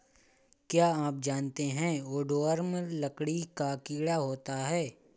क्या आप जानते है वुडवर्म लकड़ी का कीड़ा होता है?